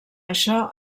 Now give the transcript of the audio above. això